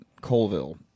Colville